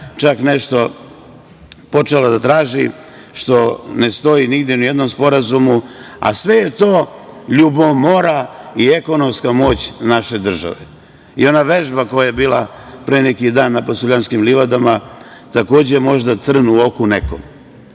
je nešto počela da traži, što ne stoji nigde, ni u jednom sporazumu. Sve je to ljubomora i ekonomska moć naše države. I ona vežba što je bila pre neki dan na Pasuljanskim livadama je, takođe, možda trn u oku nekom. Znate